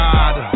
God